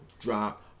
drop